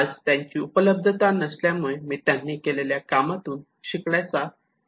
आज त्यांची उपलब्धता नसल्यामुळे मी त्यांनी केलेल्या कामातून शिकण्याचा प्रयत्न करणार आहे